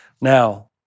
Now